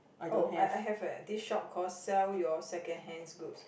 oh I I have eh this shop called sell your secondhand goods